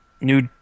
new